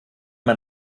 man